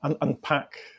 unpack